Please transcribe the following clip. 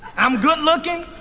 i'm good-looking,